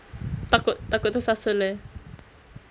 takut takut tersasul eh